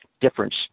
difference